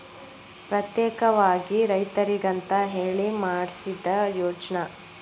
ಪ್ರತ್ಯೇಕವಾಗಿ ರೈತರಿಗಂತ ಹೇಳಿ ಮಾಡ್ಸಿದ ಯೋಜ್ನಾ